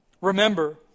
Remember